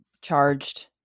charged